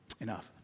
Enough